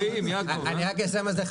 רק אסיים.